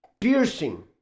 piercing